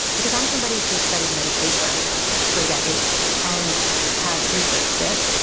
because i'm somebody who has studied meditation for decades and has researched it,